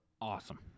Awesome